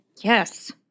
Yes